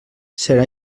serà